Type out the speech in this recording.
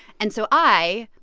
and so i,